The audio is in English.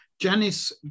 Janice